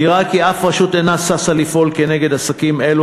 נראה כי אף רשות אינה ששה לפעול כנגד עסקים אלו,